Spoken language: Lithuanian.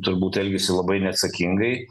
turbūt elgiasi labai neatsakingai